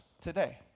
today